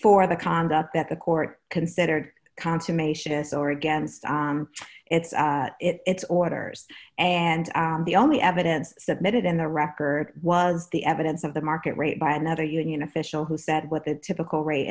for the conduct that the court considered consummation this or against its its orders and the only evidence submitted in the record was the evidence of the market rate by another union official who said what the typical rate